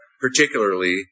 particularly